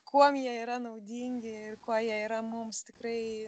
kuom jie yra naudingi ir kuo jie yra mums tikrai